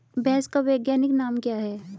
भैंस का वैज्ञानिक नाम क्या है?